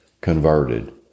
converted